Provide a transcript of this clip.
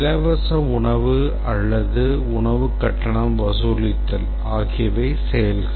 இலவச உணவு அல்லது உணவு கட்டணம் வசூலித்தல் ஆகியவை செயல்கள்